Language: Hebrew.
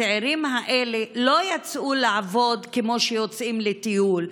הצעירים האלה לא יצאו לעבוד כמו שיוצאים לטיול,